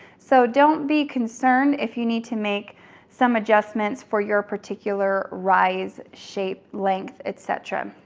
so don't be concerned if you need to make some adjustments for your particular rise shape, length, et cetera.